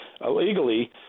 illegally